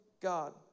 God